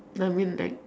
I mean like